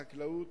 החקלאות,